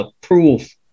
proof